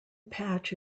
patch